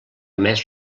més